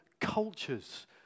cultures